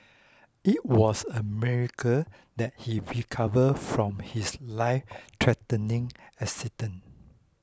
it was a miracle that he recover from his life threatening accident